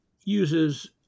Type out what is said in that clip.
uses